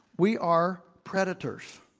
we are predators.